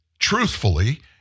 truthfully